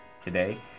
today